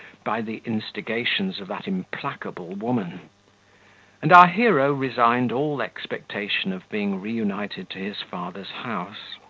by the instigations of that implacable woman and our hero resigned all expectation of being reunited to his father's house.